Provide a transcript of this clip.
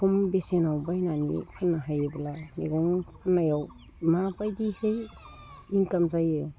खम बेसेनाव बायनानै फाननो हायोब्ला मैगं फाननायाव माबायदिहै इन्काम जायो